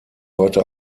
heute